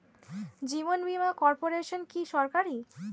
জীবন Bima corporation কি সরকারি?